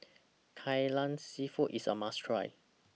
Kai Lan Seafood IS A must Try